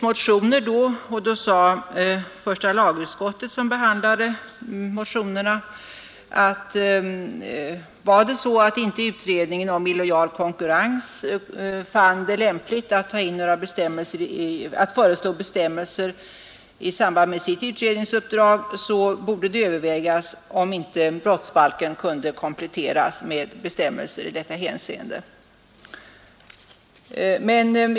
Motioner väcktes och första lagutskottet behandlade dessa. Om utredningen om illojal konkurrens inte fann det lämpligt att föreslå bestämmelser i samband med sitt utredningsuppdrag, borde det enligt första lagutskottet övervägas, om inte brottsbalken kunde kompletteras med bestämmelser i detta hänseende.